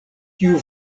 kiu